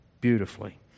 beautifully